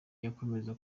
yemeza